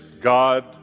God